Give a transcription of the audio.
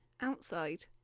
Outside